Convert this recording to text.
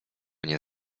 nie